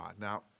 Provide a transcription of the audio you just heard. Now